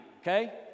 okay